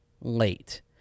late